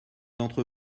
d’entre